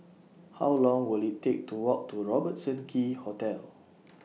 How Long Will IT Take to Walk to Robertson Quay Hotel